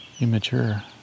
immature